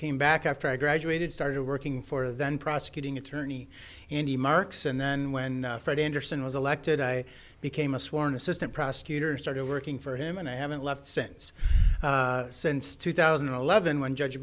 came back after i graduated started working for then prosecuting attorney andy marks and then when fred anderson was elected i became a sworn assistant prosecutor started working for him and i haven't left since since two thousand and eleven when judge